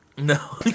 No